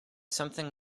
something